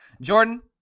Jordan